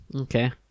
Okay